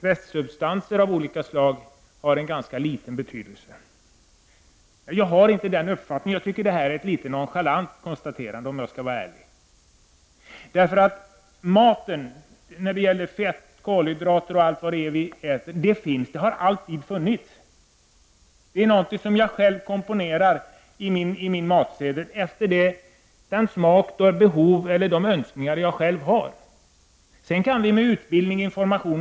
Restsubstanser av olika slag tycks ha ganska liten betydelse. Jag har inte samma uppfattning. I stället tycker jag att utskottsmajoriteten uttalar sig på ett nonchalant sätt. Kolhydrater, fett och andra substanser har alltid funnits i den mat som vi äter. Jag komponerar själv min matsedel efter smak, behov och egna önskningar och bestämmer alltså hur mycket fett och kolhydrater som får ingå i den.